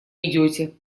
идете